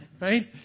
right